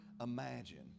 imagine